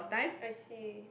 I see